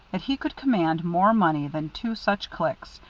that he could command more money than two such cliques,